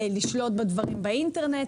לשלוט בדברים באינטרנט.